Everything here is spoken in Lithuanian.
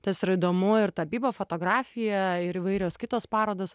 tas yra įdomu ir tapyba fotografija ir įvairios kitos parodos